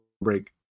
break